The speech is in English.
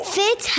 fit